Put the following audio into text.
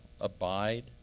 abide